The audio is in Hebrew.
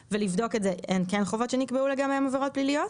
הן חובות שנקבעו לגביהן עבירות פליליות.